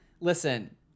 listen